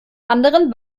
anderen